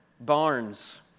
barns